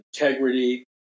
integrity